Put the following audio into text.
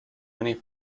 many